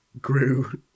grew